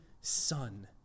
Son